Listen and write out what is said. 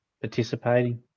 participating